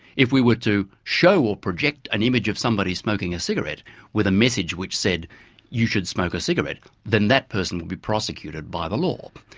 if we were to show or project an image of somebody smoking a cigarette with a message which said you should smoke a cigarette then that person would be prosecuted by the law.